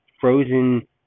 frozen